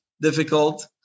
difficult